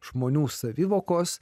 žmonių savivokos